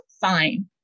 fine